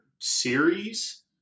series